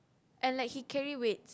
and like he carry weight